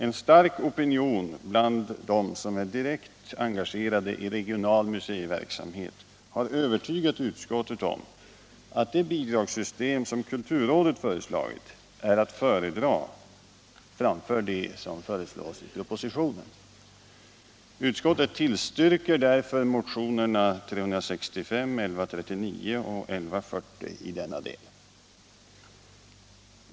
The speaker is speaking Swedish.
En stark opinion bland dem som är direkt engagerade i regional museiverksamhet har övertygat utskottet om att det bidragssystem som kulturrådet föreslagit är att föredra framför det som föreslås i propositionen. Utskottet tillstyrker därför motionerna 365, 1139 och 1140 i denna del.